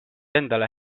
endale